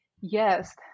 yes